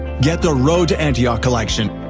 get the road to antioch collection,